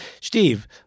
Steve